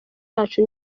yacu